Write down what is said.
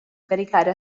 caricare